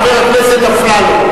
חבר הכנסת אפללו.